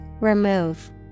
Remove